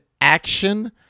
action